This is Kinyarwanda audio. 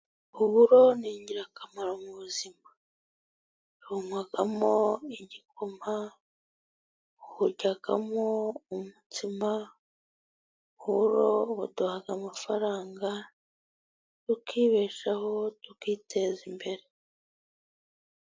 Uburo ni ingirakamaro mu buzima, tunwamo igikoma tukaryamo umutsima, uburo buduha amafaranga tukibeshaho tukiteza imbere.